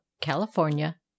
California